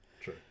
True